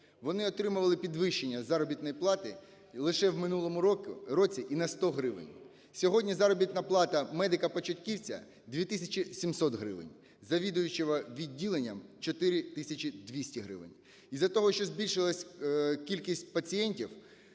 Вони отримали підвищення заробітної плати лише в минулому році і на 100 гривень. Сьогодні заробітна плата медика-початківця 2 тисячі 700 гривень, завідувача відділенням – 4 тисячі 200 гривень. З-за того, що збільшилась кількість пацієнтів,